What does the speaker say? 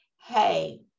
Hey